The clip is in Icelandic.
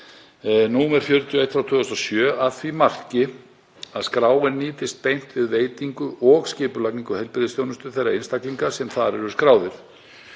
nr. 41/2007, að því marki að skráin nýtist beint við veitingu og skipulagningu heilbrigðisþjónustu þeirra einstaklinga sem þar eru skráðir.